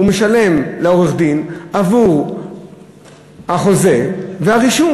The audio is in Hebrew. הוא משלם לעורך-דין עבור החוזה והרישום.